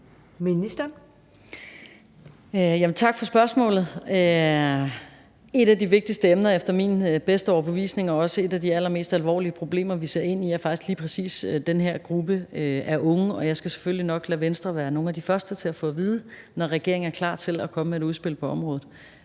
Tak for spørgsmålet. Et af de vigtigste emner efter min bedste overbevisning og også et af de allermest alvorlige problemer, vi ser ind i, er faktisk lige præcis den her gruppe af unge, og jeg skal selvfølgelig nok lade Venstre være nogle af de første til at få at vide, når regeringen er klar til at komme med et udspil på området.